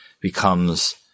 becomes –